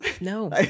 No